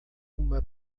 uma